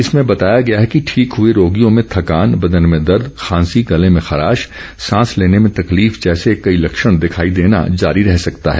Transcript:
इसमें बताया गया है कि ठीक हुए रोगियों में थकान बदन में दर्द खांसी गले में खराश सांस लेने में तकलीफ जैसे कई लक्षण दिखाई देना जारी रह सकता है